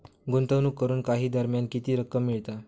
गुंतवणूक करून काही दरम्यान किती रक्कम मिळता?